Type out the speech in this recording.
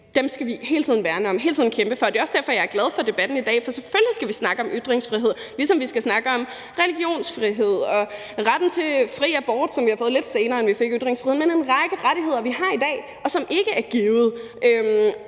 dag, skal vi hele tiden værne om, hele tiden kæmpe for. Det er også derfor, jeg er glad for debatten i dag, for selvfølgelig skal vi snakke om ytringsfrihed, ligesom vi skal snakke om religionsfrihed og retten til fri abort, som vi har fået lidt senere, end vi fik ytringsfriheden, men det er en række rettigheder, vi har i dag, og som ikke er givet.